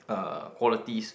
uh qualities